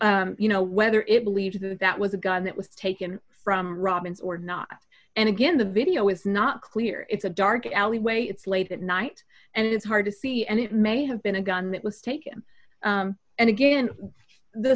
what you know whether it will leave that that was a gun that was taken from robbins or not and again the video is not clear it's a dark alley way it's late at night and it's hard to see and it may have been a gun that was taken and again the